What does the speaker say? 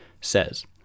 says